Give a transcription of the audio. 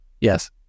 yes